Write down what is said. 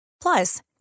Plus